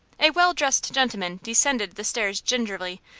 a well-dressed gentleman descended the stairs gingerly,